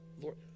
Lord